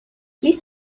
please